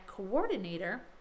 coordinator